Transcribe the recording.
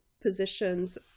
positions